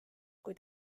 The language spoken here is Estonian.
kui